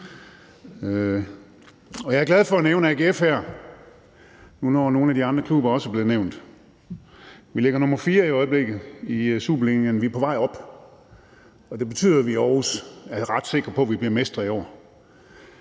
jeg er glad for at nævne AGF her, når nu nogle af de andre klubber også er blevet nævnt. Vi ligger nummer fire i øjeblikket, i Superligaen. Vi er på vej op, og det betyder, at vi i Aarhus er ret sikre på, at vi bliver mestre i år